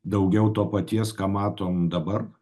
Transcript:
daugiau to paties ką matom dabar